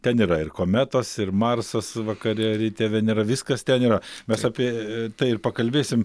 ten yra ir kometos ir marsas vakare ryte venera viskas ten yra mes apie tai ir pakalbėsim